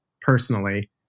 personally